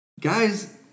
Guys